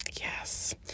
yes